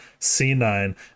C9